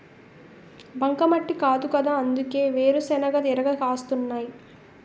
బంకమట్టి కాదుకదా అందుకే వేరుశెనగ ఇరగ కాస్తున్నాయ్